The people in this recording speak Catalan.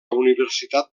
universitat